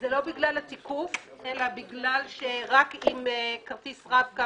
זה לא בגלל התיקוף אלא בגלל שרק עם כרטיס רב-קו,